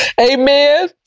amen